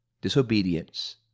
disobedience